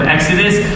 Exodus